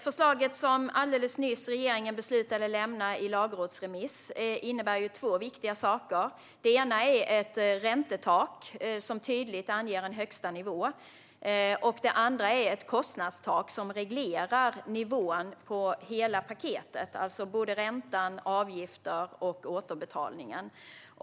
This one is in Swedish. Förslaget i den lagrådsremiss som regeringen alldeles nyss beslutade att lämna innebär två viktiga saker. Det ena är ett räntetak som tydligt anger en högsta nivå. Det andra är ett kostnadstak som reglerar nivån på hela paketet, alltså ränta, avgifter och återbetalningen.